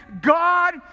God